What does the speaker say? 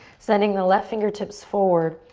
sending the left fingertips forward,